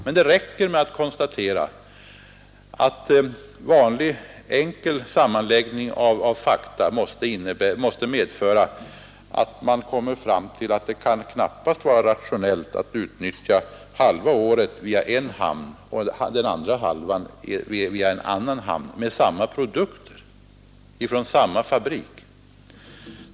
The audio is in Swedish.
Men det räcker med att konstatera att vanlig enkel sammanläggning av fakta visar att det knappast kan vara rationellt att ena halvan av året utnyttja en hamn och andra halvan av året utnyttja en annan hamn för samma produkter från samma fabrik.